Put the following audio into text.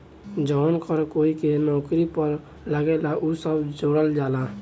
जवन कर कोई के नौकरी पर लागेला उ सब जोड़ल जाला